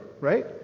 right